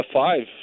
five